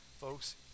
Folks